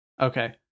Okay